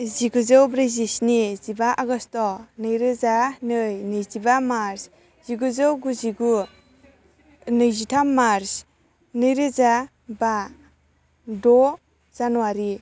जिगुजौ ब्रैजिस्नि जिबा आगस्ट' नैरोजा नै नैजिबा मार्च जिगुजौ गुजिगु नैजिथाम मार्च नैरोजा बा द' जानुवारी